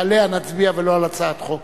שעליה נצביע ולא על הצעת חוק.